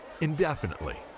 indefinitely